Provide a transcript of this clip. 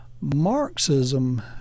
Marxism